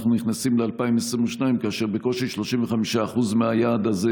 אנחנו נכנסים ל-2022 כאשר בקושי 35% מהיעד הזה